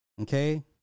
okay